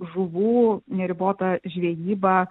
žuvų neribota žvejyba